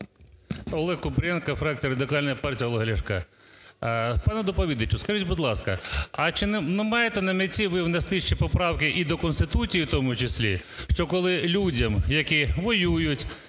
Олег Купрієнко, фракція Радикальної партії Олега Ляшка. Пане доповідачу, скажіть, будь ласка, а чи не маєте на меті ви внести ще поправки і до Конституції в тому числі? Що коли людям, які воюють,